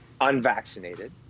unvaccinated